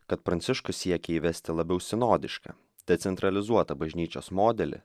kad pranciškus siekia įvesti labiau sinodišką decentralizuotą bažnyčios modelį